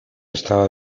estado